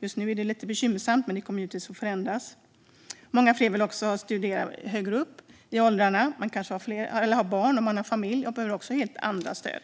Just nu är det lite bekymmersamt, men det kommer givetvis att förändras. Många fler vill också studera högre upp i åldrarna, och då kanske man har barn och familj och behöver helt andra stöd.